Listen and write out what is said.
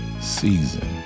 season